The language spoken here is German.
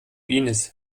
inis